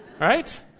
right